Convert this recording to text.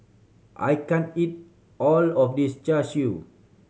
I can't eat all of this Char Siu